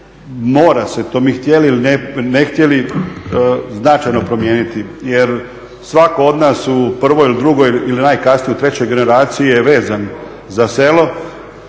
mora se to mi htjeli ili ne htjeli značajno promijeniti jer svatko od nas u prvoj, drugoj ili najkasnije u trećoj generaciji je vezan za selo